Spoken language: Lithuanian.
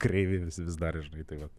kreivi vis vis dar žinai tai vat